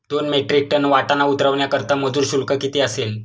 दोन metric tonne वाटाणा उतरवण्याकरता मजूर शुल्क किती असेल?